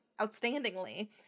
outstandingly